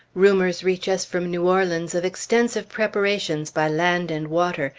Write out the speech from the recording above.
rumors reach us from new orleans of extensive preparations by land and water,